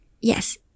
Yes